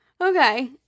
Okay